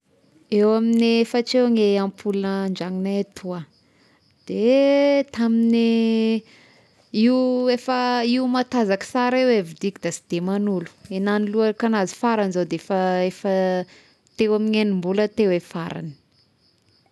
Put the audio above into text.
Eo amin'ny efatra eo ny ampola an-dranognay atoà, de tamin'ny io efa io matanzaka sara io vidiako de sy de manolo, i nagnoloako agnazy farany zao defa-efa teo amin'ny egnim-bola teo e fargny.